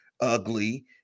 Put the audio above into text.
ugly